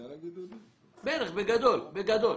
בערך, בגדול.